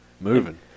Moving